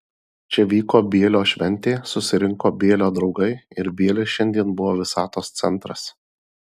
čia vyko bielio šventė susirinko bielio draugai ir bielis šiandien buvo visatos centras